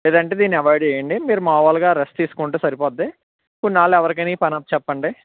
లేదంటే దీన్ని అవైడ్ చేయండి మీరు మామూలుగా రెస్ట్ తీసుకుంటే సరిపోద్ది కొన్నాళ్ళు ఎవరికైనా ఈ పని అప్పచెప్పండి